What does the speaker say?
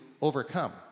overcome